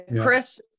Chris